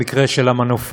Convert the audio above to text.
במקרה של המנופאים.